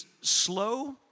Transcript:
slow